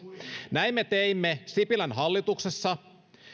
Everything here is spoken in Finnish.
näin me teimme sipilän hallituksessa